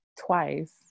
twice